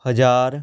ਹਜ਼ਾਰ